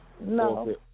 No